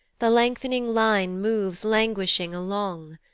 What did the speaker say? the length'ning line moves languishing along.